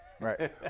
Right